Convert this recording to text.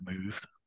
moved